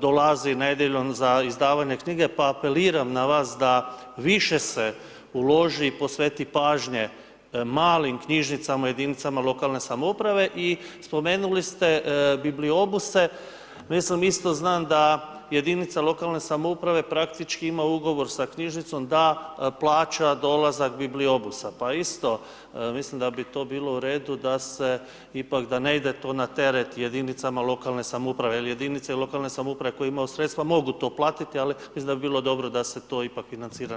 dolazi nedjeljom za izdavanje knjige pa apeliram na vas da više se uloži i posveti pažnje malim knjižnicama jedinicama lokalne samouprave i spomenuli ste bibliobuse, već sam mislio, znam da jedinica lokalne samouprave praktički ima ugovor sa knjižnicom da plaća dolazak bibliobusa, pa isto mislim da bi to bilo u redu da ipak ne ide to na teret jedinicama lokalne samouprave jer jedinice lokalne samouprave koje imaju sredstva mogu to platiti, ali mislim da bi bilo dobro da se to ipak financira na drugi način.